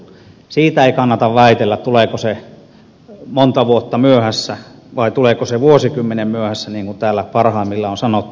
siitä ei kannata väitellä tuleeko se monta vuotta myöhässä vai tuleeko se vuosikymmenen myöhässä niin kuin täällä parhaimmillaan on sanottu